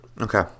Okay